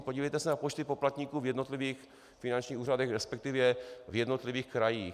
Podívejte se na počty poplatníků v jednotlivých finančních úřadech, respektive v jednotlivých krajích.